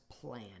plan